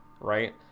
right